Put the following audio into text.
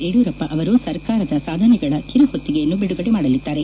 ಯಡಿಯೂರಪ್ಪ ಅವರು ಸರ್ಕಾರದ ಸಾಧನೆಗಳ ಕಿರುಹೊತ್ತಿಗೆಯನ್ನು ಬಿಡುಗಡೆ ಮಾಡಲಿದ್ದಾರೆ